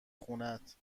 خونهت